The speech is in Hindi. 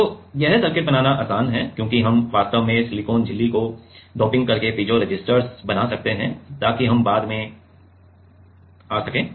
तो ये सर्किट बनाना आसान है क्योंकि हम वास्तव में सिलिकॉन झिल्ली को डोपिंग करके पीज़ोरेसिस्टर बना सकते हैं ताकि हम बाद में आ सकें